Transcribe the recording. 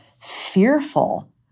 fearful